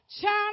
China